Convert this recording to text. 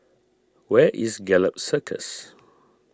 where is Gallop Circus